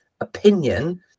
opinion